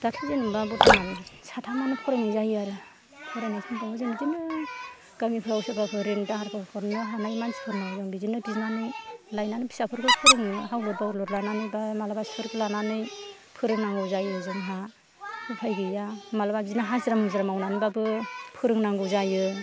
दाथ' जेनोबा बर्थमान साथामानो फरायनाय जायो आरो फरायनाय समफ्राव जों बिदिनो गामिफ्राव सोरबाफोर रिन दाहार हरनो हानाय मानसिफोरनाव जों बिदिनो बिनानै लायनानै फिसाफोरखौ फोरोङो हावलर बावलर लायनानै बा मालाबा सुद लानानै फोरोंनांगौ जायो जोंहा उफाय गैया मालाबा बिदिनो हाजिरा मुजिरा मावनानै बाबो फोरोंनांगौ जायो